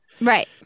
Right